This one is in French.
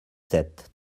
sept